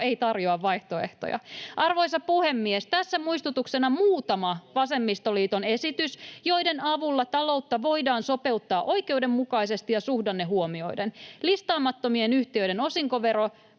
ei tarjoa vaihtoehtoja. Arvoisa puhemies, tässä muistutuksena muutama vasemmistoliiton esitys, joiden avulla taloutta voidaan sopeuttaa oikeudenmukaisesti ja suhdanne huomioiden: listaamattomien yhtiöiden osinkovero,